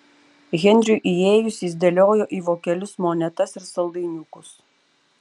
henriui įėjus jis dėliojo į vokelius monetas ir saldainiukus